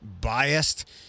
biased